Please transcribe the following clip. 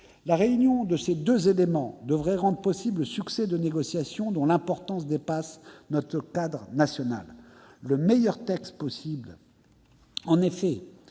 La réunion de ces deux éléments devrait rendre possible le succès de négociations dont l'importance dépasse notre cadre national. En effet, si la France